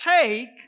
take